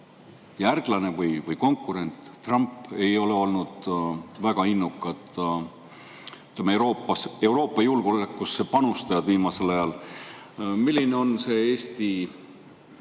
järglane või konkurent Trump ei ole olnud väga innukad Euroopa julgeolekusse panustajad viimasel ajal. Milline on Eesti